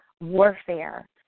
warfare